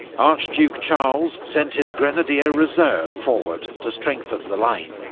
archduke charles sent his grenadier reserve forward to strengthen the line.